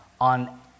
on